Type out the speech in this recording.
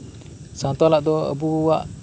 ᱥᱟᱶᱛᱟᱞᱟᱜ ᱫᱚ ᱟᱵᱩᱣᱟᱜ